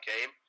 game